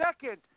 second